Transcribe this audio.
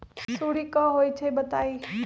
सुडी क होई छई बताई?